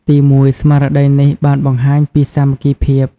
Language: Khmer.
ទីមួយ ស្មារតីនេះបានបង្ហាញពី សាមគ្គីភាព។